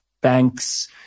banks